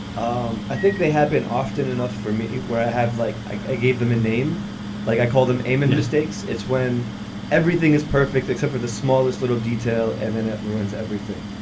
um i think they happen often enough for me where i have like i gave them a name like i call them aymond mistakes. it's when everything is perfect except for the smallest little detail. and then it ruins everything,